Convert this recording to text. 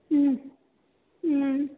ம் ம்